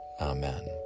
Amen